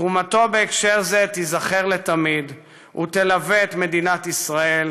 תרומתו בהקשר זה תיזכר לתמיד ותלווה את מדינת ישראל